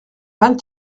vingt